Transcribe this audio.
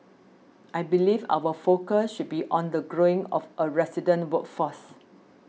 I believe our focus should be on the growing of a resident workforce